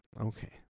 Okay